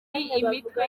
imitwe